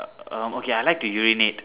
um okay I like to urinate